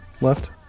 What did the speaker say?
left